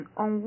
on